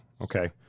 Okay